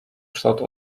kształt